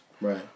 Right